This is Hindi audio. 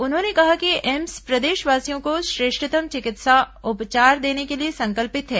उन्होंने कहा कि एम्स प्रदेशवासियों को श्रेष्ठतम चिकित्सा उपचार देने के लिए संकल्पित है